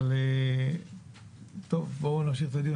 אבל, טוב, בואו נמשיך את הדיון.